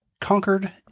conquered